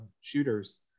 shooters